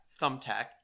thumbtack